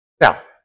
Now